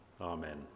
Amen